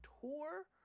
tour